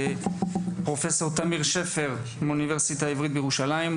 פרופסור תמיר שפר מהאוניברסיטה העברית בירושלים,